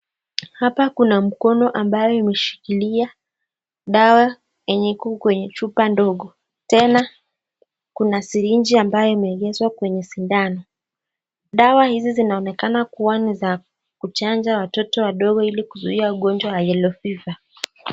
Hapa kuna mkono ambao umeshikilia dawa yenye iko kwenye chupa ndogo tena kuna siriji ambayo imeingizwa kwenye sindano. Dawa hizi zinaonekana kuwa niza kuchanja watoto wadogo ili kizuia ugonjwa wa yellow fever .